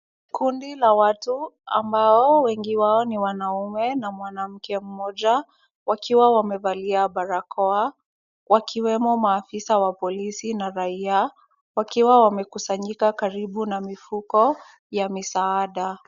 Kundi la watu ambao wengi wao ni wanaume na mwanamke mmoja wakiwa wamevalia barakoa wakiwemo maafisa wa polisi na raia wakiwa wamekusanyika karibu na mifuko ya misaada.